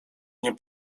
nie